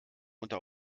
unter